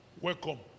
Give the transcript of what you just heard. Welcome